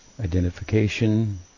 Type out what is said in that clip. identification